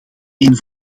een